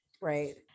Right